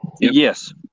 Yes